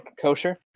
kosher